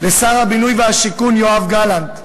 לשר הבינוי והשיכון יואב גלנט,